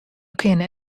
kinne